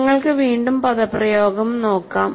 നിങ്ങൾക്ക് വീണ്ടും പദപ്രയോഗം നോക്കാം